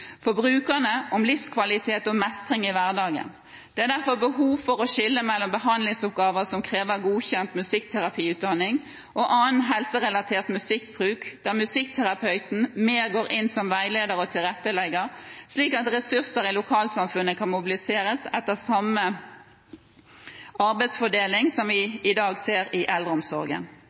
om livskvalitet og mestring i hverdagen. Det er derfor behov for å skille mellom behandlingsoppgaver som krever godkjent musikkterapiutdanning, og annen helserelatert musikkbruk der musikkterapeuten mer går inn som veileder og tilrettelegger, slik at ressurser i lokalsamfunnet kan mobiliseres, etter samme arbeidsfordeling som